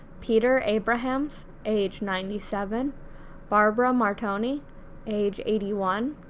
peter abrahams age ninety seven barbara martone age eighty one,